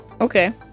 Okay